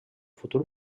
futur